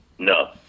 No